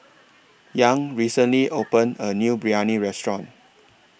Young recently opened A New Biryani Restaurant